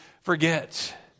forget